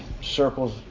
circles